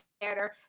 better